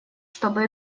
чтобы